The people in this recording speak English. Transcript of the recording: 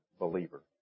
believer